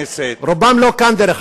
רובם לא כאן עכשיו,